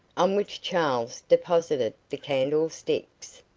on which charles deposited the candlesticks.